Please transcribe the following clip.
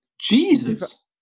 Jesus